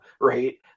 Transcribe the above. right